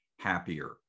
happier